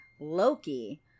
loki